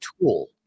tool